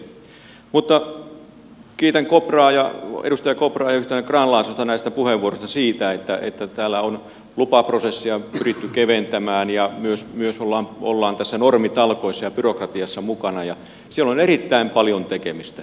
mutta kiitän edustaja kopraa ja edustaja grahn laasosta näistä puheenvuoroista siitä että täällä on lupaprosessia pyritty keventämään ja myös ollaan normitalkoissa ja byrokratiassa mukana ja siellä on erittäin paljon tekemistä